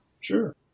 sure